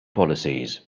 policies